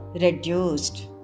reduced